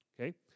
okay